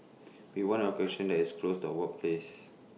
we want A location that is close to workplaces